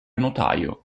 notaio